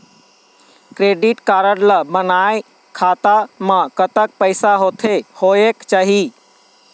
Credit card ला बनवाए खाता मा कतक पैसा होथे होएक चाही?